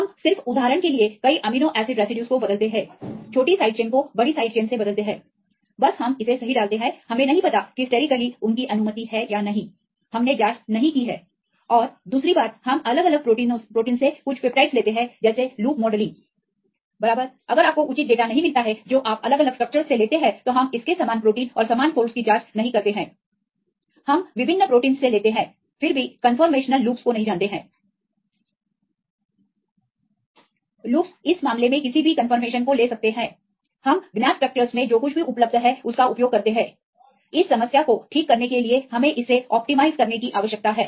हम सिर्फ उदाहरण के लिए कई अमीनो एसिड के रेसिड्यूज को बदलते है छोटी साइड चेन को बड़ी साइड चेन से बदलते हैं बस हम इसे सही डालते हैं हमें नहीं पता कि स्टेरीकली उनकी अनुमति है या नहीं हमने जाँच नहीं की है और दूसरा हम अलग अलग प्रोटीनों से कुछ पेप्टाइड्स लेते हैं जैसे लूप मॉडलिंग बराबर अगर आपको उचित डेटा नहीं मिलता है जो आप अलग अलग स्ट्रक्चरस से लेते हैं तो हम इसके समान प्रोटीन और समान फोल्ड्सफोल्ड्स की जाँच नहीं करते हैं हम विभिन्न प्रोटीनों से लेते हैं फिर भी कंफर्मेशनललूप्स को नहीं जानते हैं लूप्स इस मामले में किसी भी कंफर्मेशन को ले सकते हैं हम ज्ञात स्ट्रक्चरस में जो कुछ भी उपलब्ध हैं उसका उपयोग करते हैं इस समस्या को ठीक करने के लिए हमें इसे अनुकूलित करने की आवश्यकता है